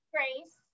Grace